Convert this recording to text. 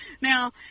Now